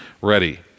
ready